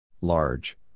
Large